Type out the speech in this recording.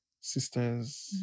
sisters